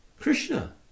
Krishna